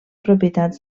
propietats